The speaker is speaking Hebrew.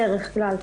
בדרך כלל.